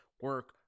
Work